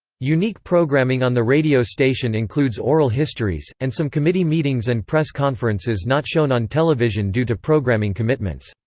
unique programming on the radio station includes oral histories, and some committee meetings and press conferences not shown on television due to programming commitments.